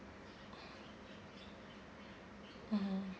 mmhmm